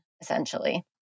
essentially